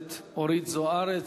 הכנסת אורית זוארץ.